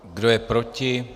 Kdo je proti?